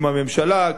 עם הממשלה,